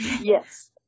Yes